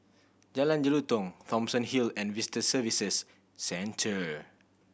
Jalan Jelutong Thomson Hill and Visitor Services Centre